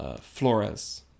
Flores